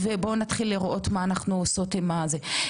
ונראה מה אנו עושות עם זה.